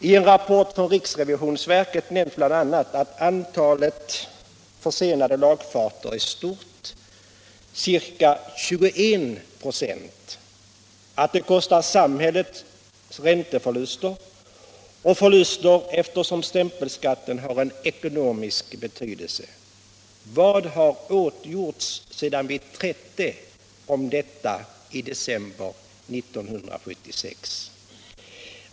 I en rapport från riksrevisionsverket nämns bl.a. att antalet försenade lagfarter är stort — ca 21 26. Det kostar samhället ränteförluster och förluster som sammanhänger med att stämpelskatten har en ekonomisk betydelse. Vad har åtgjorts sedan vi trätte om detta i december 1976?